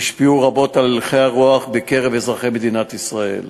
השפיעו רבות על הלכי הרוח בקרב אזרחי מדינת ישראל,